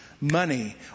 money